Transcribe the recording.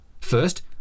First